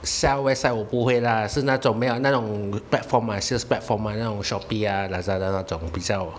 set up website 我不会啦是那种没有那种 platform uh sales platform uh 好像那种 Shopee ah Lazada 那种比较